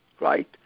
right